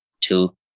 two